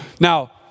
Now